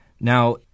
Now